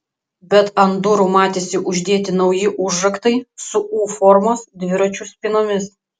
bet ant durų matėsi uždėti nauji užraktai su u formos dviračių spynomis